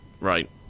Right